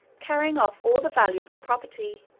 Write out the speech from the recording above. carrying off all the valuable property,